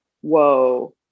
whoa